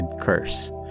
curse